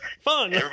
Fun